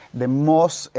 the most, ah,